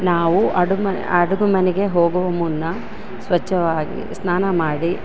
ನಾವು ಅಡುಮ ಅಡುಗು ಮನೆಗೆ ಹೋಗುವ ಮುನ್ನ ಸ್ವಚ್ಛವಾಗಿ ಸ್ನಾನ ಮಾಡಿ